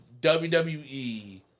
WWE